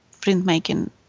printmaking